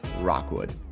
Rockwood